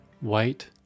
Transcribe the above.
White